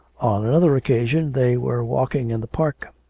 on another occasion they were walking in the park.